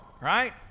right